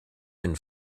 and